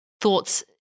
thoughts